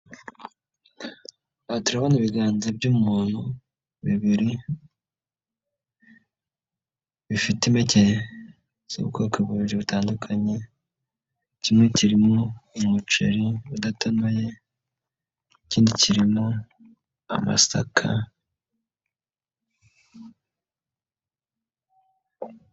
Aha turabona ibiganza by'umuntu bibiri bifite impeke z'ubwoko bubiri butandukanye, kimwe kirimo umuceri udatonoye, ikindi kirimo amasaka.